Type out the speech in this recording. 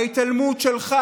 ההתעלמות שלך,